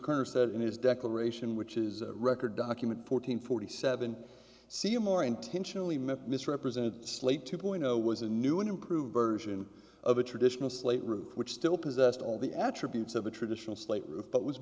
said in his declaration which is a record document fourteen forty seven seymour intentionally misrepresented slate two point zero was a new and improved version of a traditional slate roof which still possessed all the attributes of a traditional slate roof but was